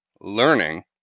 learning